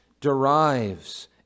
derives